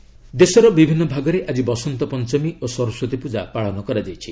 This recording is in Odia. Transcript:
ବସନ୍ତ ପଞ୍ଚମୀ ଦେଶର ବିଭିନ୍ନ ଭାଗରେ ଆଜି ବସନ୍ତ ପଞ୍ଚମୀ ଓ ସରସ୍ପତୀ ପୂଜା ପାଳନ କରାଯାଇଛି